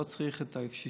לא צריך את הסיעוד,